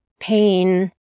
pain